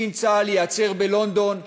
קצין צה"ל ייעצר בלונדון,